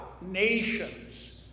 nations